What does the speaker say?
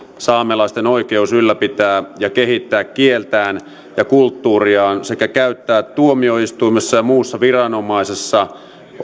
saamelaisten oikeus ylläpitää ja kehittää kieltään ja kulttuuriaan sekä käyttää tuomioistuimessa ja muussa viranomaisessa